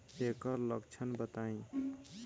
एकर लक्षण बताई?